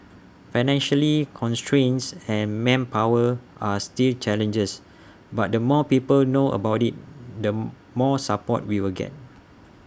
financially constraints and manpower are still challenges but the more people know about IT the more support we will get